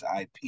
IP